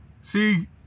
See